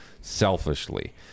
selfishly